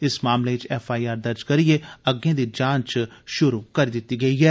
इस मामलें च एफआई आर दर्ज करिए अग्गे दी जांच शुरू करी दिती गेई ऐ